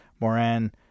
Moran